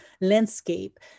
landscape